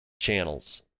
channels